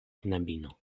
knabino